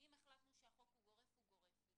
אם החלטנו שהחוק הוא גורף הוא גורף.